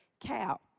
cow